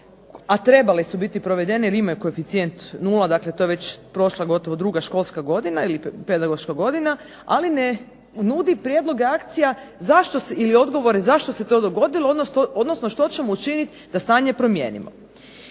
trebale su biti provedene jer imaju koeficijent 0, dakle to je već prošla gotovo druga školska godina ili pedagoška godina, ali ne nudi prijedloge akcija zašto ili odgovore zašto se to dogodilo, odnosno što ćemo učiniti da stanje promijenimo.